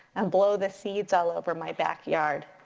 and blow the seeds all over my backyard.